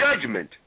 judgment